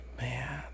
man